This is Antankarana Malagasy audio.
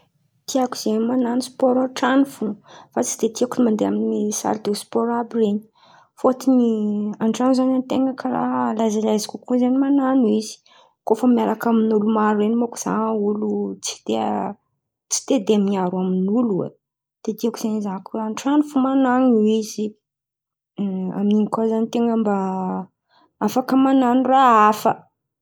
Tiako zen̈y man̈ano spôro an-tran̈o fô. Fa tsy de tiako manday amy saly de sport àby iren̈y. Fôtony an-trano zen̈y an-ten̈a karàha a lezilezy kokoa man̈ano izy. Koa fa miaraka amin'olo maro ren̈y manko, za olo tsy dia tsy dia tia miaro amin'olo oe. De tiako zen̈y an-tran̈o fo man̈ano izy. Amin'in̈y koa zen̈y an-ten̈a mba afaka man̈ano raha hafa.